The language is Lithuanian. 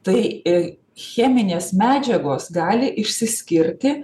tai cheminės medžiagos gali išsiskirti